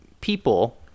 people